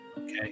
Okay